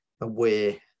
away